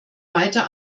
weiter